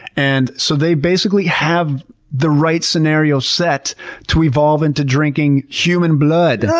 and so they basically have the right scenario set to evolve into drinking human blood!